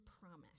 promise